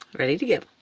ready to go.